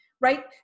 Right